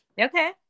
Okay